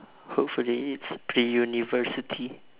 hopefully it's the pre-university